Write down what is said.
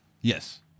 Yes